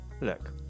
look